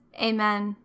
amen